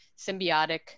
symbiotic